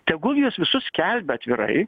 tegul juos visus skelbia atvirai